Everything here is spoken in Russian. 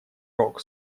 рог